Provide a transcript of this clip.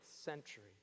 century